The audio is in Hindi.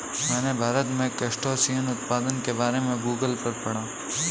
मैंने भारत में क्रस्टेशियन उत्पादन के बारे में गूगल पर पढ़ा